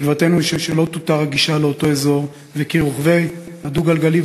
ותקוותנו היא שלא תותר הגישה לאותו אזור וכי רוכבי הדו-גלגלי